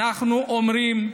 אנחנו אומרים: